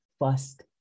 first